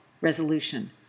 resolution